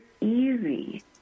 easy